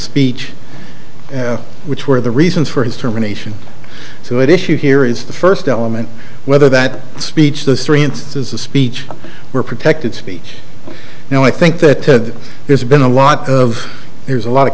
speech which were the reasons for his termination so it issue here is the first element whether that speech those three instances of speech were protected speech you know i think that there's been a lot of there's a lot of